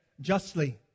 justly